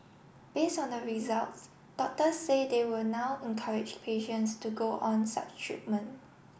based on the results doctors say they will now encourage patients to go on such treatment